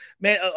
Man